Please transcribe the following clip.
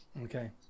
okay